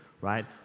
right